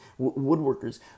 woodworkers